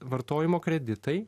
vartojimo kreditai